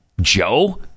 Joe